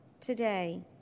today